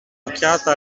occhiata